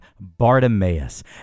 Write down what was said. Bartimaeus